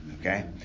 Okay